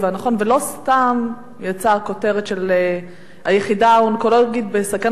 ולא סתם יצאה הכותרת "היחידה האונקולוגית בסכנת סגירה",